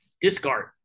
Discard